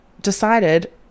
decided